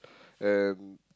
and